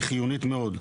היא חיונית מאוד.